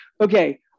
Okay